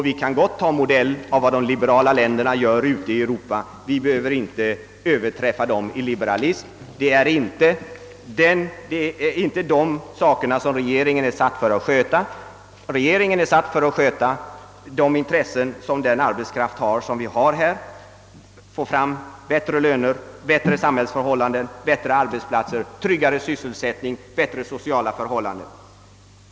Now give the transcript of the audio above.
Vi kan gott ta efter vad de liberala länderna gör i det övriga Europa. Vi behöver inte överträffa dem i fråga om liberalism. Det är inte arbetsgivarnas intressen regeringen skall sköta, utan den skall tillvarata den redan befintliga svenska arbetskraftens intressen och den skall försöka få fram bättre löner, bättre samhällsförhållanden, bättre arbetsplatser, tryggare sysselsättning och bättre sociala förhållanden.